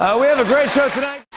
ah we have a great show tonight.